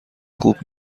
خوب